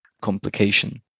complication